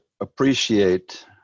appreciate